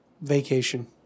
vacation